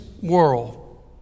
world